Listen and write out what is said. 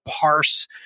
parse